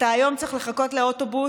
אתה היום צריך לחכות לאוטובוס,